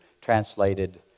translated